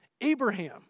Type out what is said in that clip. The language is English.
Abraham